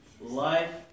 life